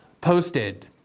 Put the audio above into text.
posted